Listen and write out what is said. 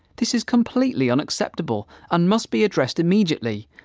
this is completely unacceptable and must be addressed immediately,